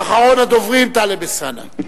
ואחרון הדוברים, טלב אלסאנע.